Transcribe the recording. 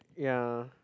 ya